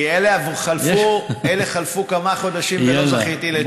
כי אלה, חלפו כמה חודשים ולא זכיתי לתשובה.